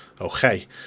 Okay